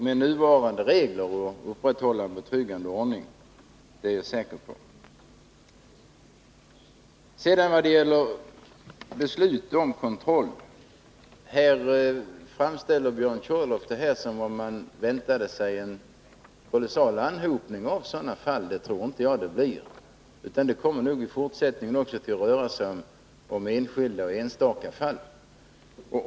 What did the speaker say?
Med nuvarande regler går det också att upprätthålla en hygglig ordning. Vad så gäller frågan om kontroll framställer Björn Körlof det som om man väntade sig en kolossal anhopning av sådana fall. Det tror inte jag att det blir. Även i fortsättningen kommer det nog att röra sig om enstaka fall.